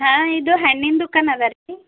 ಹಾಂ ಇದು ಹಣ್ಣಿನ ದುಕನ್ ಅಲ್ಲರೀ